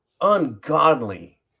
ungodly